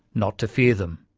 not to fear them.